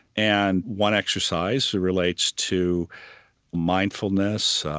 and one exercise relates to mindfulness,